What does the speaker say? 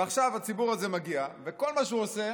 ועכשיו, הציבור הזה מגיע, וכל מה שהוא עושה